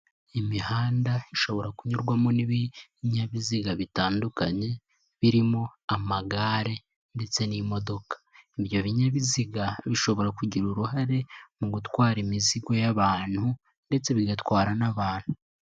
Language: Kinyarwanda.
Imihanda ishobora kunyurwamo n'ibyabiziga bitandukanye birimo amagare ndetse n'imodoka, ibyo binyabiziga bishobora kugira uruhare mu gutwara imizigo y'abantu ndetse bigatwara n'abantu.